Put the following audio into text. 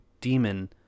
demon